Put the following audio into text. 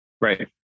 Right